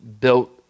built